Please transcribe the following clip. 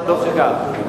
טוב שכך.